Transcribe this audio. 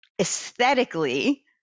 aesthetically